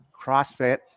crossfit